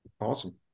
Awesome